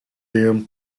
them